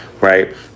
Right